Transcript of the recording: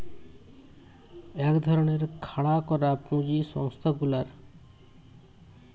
এক ধরণের খাড়া করা পুঁজি সংস্থা গুলার